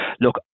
look